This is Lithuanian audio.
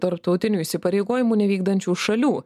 tarptautinių įsipareigojimų nevykdančių šalių